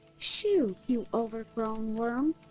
shoo, you overgrown worm!